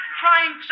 trying